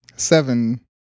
Seven